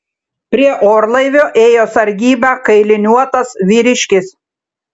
prie orlaivio ėjo sargybą kailiniuotas vyriškis